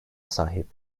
sahip